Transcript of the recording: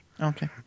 Okay